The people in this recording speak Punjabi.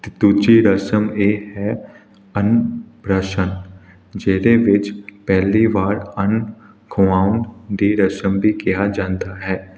ਅਤੇ ਦੂਜੀ ਰਸਮ ਇਹ ਹੈ ਅਨਬ੍ਰਸ਼ਨ ਜਿਹੜੇ ਵਿੱਚ ਪਹਿਲੀ ਵਾਰ ਅੰਨ ਖਵਾਉਣ ਦੀ ਰਸਮ ਵੀ ਕਿਹਾ ਜਾਂਦਾ ਹੈ